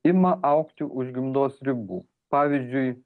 ima augti už gimdos ribų pavyzdžiui